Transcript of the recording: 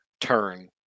turn